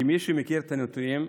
כמי שמכיר את הנתונים,